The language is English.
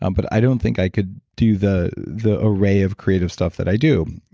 um but i don't think i could do the the array of creative stuff that i do.